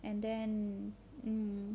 and then mm